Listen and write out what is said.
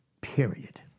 Period